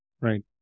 Right